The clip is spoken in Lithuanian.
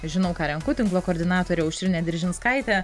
žinau ką renku tinklo koordinatorė aušrinė diržinskaitė